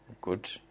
Good